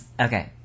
Okay